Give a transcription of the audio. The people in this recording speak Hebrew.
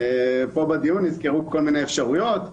בדיון הוזכרו כל מיני אפשרויות.